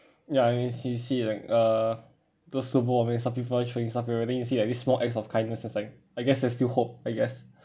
ya I see see like uh those some people then you see like this small acts of kindness is like I guess there's still hope I guess